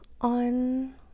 on